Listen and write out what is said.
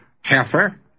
heifer